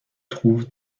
trouve